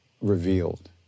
revealed